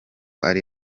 ari